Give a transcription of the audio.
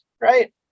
right